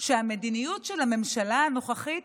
שהמדיניות של הממשלה הנוכחית